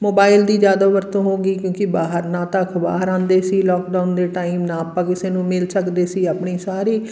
mobile ਦੀ ਜ਼ਿਆਦਾ ਵਰਤੋਂ ਹੋ ਗਈ ਕਿਉਂਕਿ ਬਾਹਰ ਨਾ ਤਾਂ ਅਖ਼ਬਾਰ ਆਉਂਦੇ ਸੀ ਲੋਕਡਾਊਨ ਦੇ ਟਾਈਮ ਨਾ ਆਪਾਂ ਕਿਸੇ ਨੂੰ ਮਿਲ ਸਕਦੇ ਸੀ ਆਪਣੀ ਸਾਰੀ